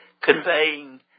conveying